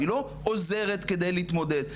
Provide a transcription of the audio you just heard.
היא לא עוזרת כדי להתמודד,